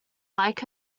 like